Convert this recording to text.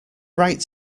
right